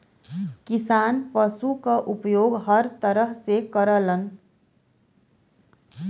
किसान पसु क उपयोग हर तरह से करलन